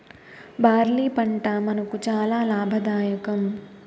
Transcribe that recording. barley పంట మనకు చాలా లాభదాయకం